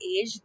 age